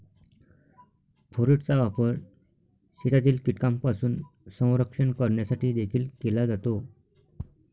फोरेटचा वापर शेतातील कीटकांपासून संरक्षण करण्यासाठी देखील केला जातो